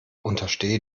untersteh